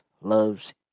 loves